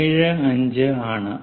75 ആണ്